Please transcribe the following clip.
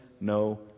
no